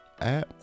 app